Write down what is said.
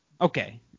okay